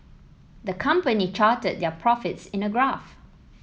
the company charted their profits in a graph